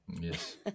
yes